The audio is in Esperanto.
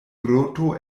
groto